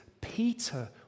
Peter